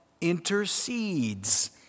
intercedes